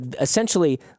essentially